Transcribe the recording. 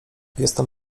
jestem